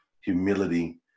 humility